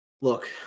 look